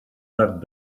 that